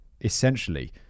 essentially